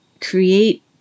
create